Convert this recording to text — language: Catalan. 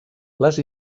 les